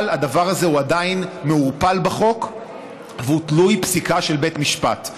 אבל הדבר הזה עדיין מעורפל בחוק והוא תלוי פסיקה של בית משפט.